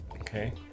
Okay